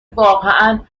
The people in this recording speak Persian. واقعا